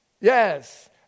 Yes